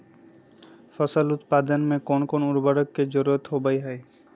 फसल उत्पादन में कोन कोन उर्वरक के जरुरत होवय हैय?